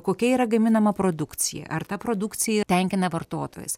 kokia yra gaminama produkcija ar ta produkcija tenkina vartotojus